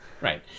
Right